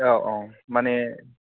औ औ माने